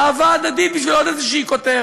אהבה הדדית, בשביל עוד איזו כותרת.